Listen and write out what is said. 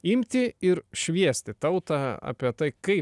imti ir šviesti tautą apie tai kaip